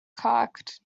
cocked